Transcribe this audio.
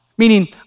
Meaning